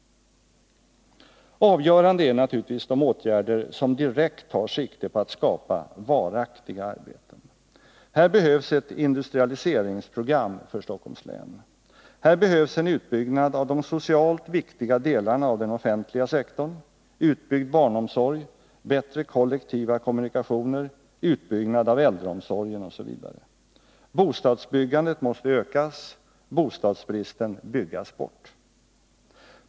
Avgörande är naturligtvis de åtgärder som direkt tar sikte på att skapa varaktiga arbeten. Här behövs ett industrialiseringsprogram för Stockholms län. Här behövs en utbyggnad av de socialt viktiga delarna av den offentliga sektorn — utbyggd barnomsorg, bättre kollektiva kommunikationer, utbyggnad av äldreomsorgen osv. Bostadsbyggandet måste ökas, bostadsbristen byggas bort.